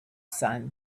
son